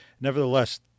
nevertheless